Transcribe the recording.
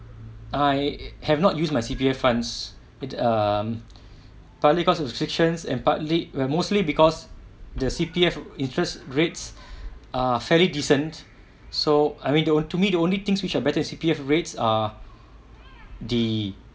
I have not used my C_P_F funds it um partly because of the restrictions and partly where mostly because the C_P_F interest rates are fairly decent so I mean to me the only things which are better than C_P_F rates are the